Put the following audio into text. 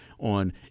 On